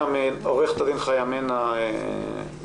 עורכת הדין חנה מנע מלהב,